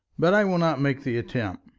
but i will not make the attempt.